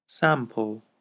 Sample